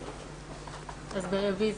ברביזיה.